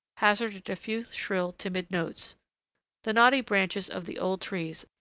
hazarded a few shrill, timid notes the knotty branches of the old trees,